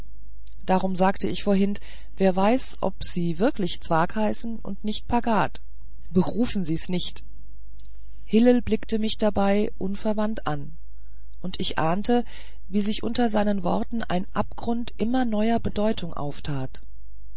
darum sagte ich vorhin wer weiß ob sie wirklich zwakh heißen und nicht pagad berufen sie's nicht hillel blickte mich dabei unverwandt an und ich ahnte wie sich unter seinen worten ein abgrund immer neuer bedeutung auftat